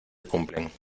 cumplen